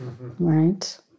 right